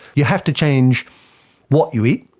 you have to change what you eat,